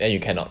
then you cannot